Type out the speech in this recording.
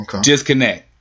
Disconnect